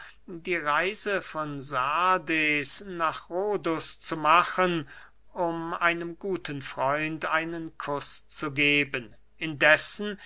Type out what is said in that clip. die reise von sardes nach rhodus zu machen um einem guten freund einen kuß zu geben indessen